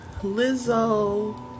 Lizzo